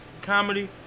Comedy